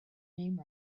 name